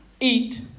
eat